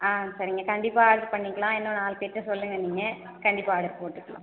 ஆ சரிங்க கண்டிப்பாக அது பண்ணிக்கலாம் இன்னு நாலு பேருகிட்ட சொல்லுங்க நீங்கள் கண்டிப்பாக ஆடர் போட்டுக்கலாம்